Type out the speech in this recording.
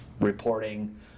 reporting